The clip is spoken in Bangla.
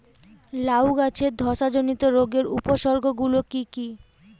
লাউ গাছের ধসা জনিত রোগের উপসর্গ গুলো কি কি?